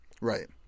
Right